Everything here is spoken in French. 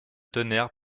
tonnerre